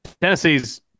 Tennessee's